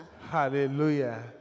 Hallelujah